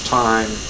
time